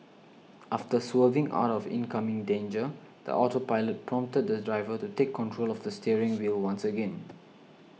after swerving out of incoming danger the autopilot prompted the driver to take control of the steering wheel once again